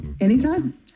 Anytime